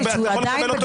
אתה יכול לקבל אותו